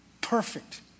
Perfect